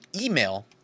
email